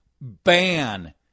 Ban